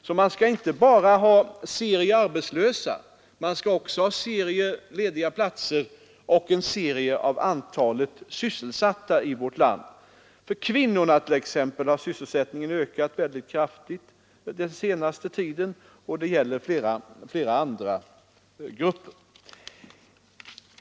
Man skall därför inte bara hänvisa till siffror med arbetslösa — man skall också ta upp de lediga platserna och antalet sysselsatta i vårt land. För kvinnorna t.ex. har sysselsättningen ökat mycket kraftigt den senaste tiden, och detsamma gäller flera grupper.